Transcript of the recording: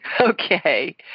Okay